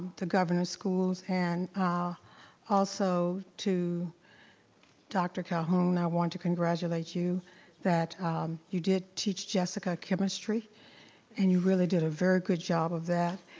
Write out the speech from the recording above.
the governor's schools and also, to dr. calhoun, i wanted to congratulate you that you did teach jessica chemistry and you really did a very good job of that.